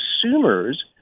consumers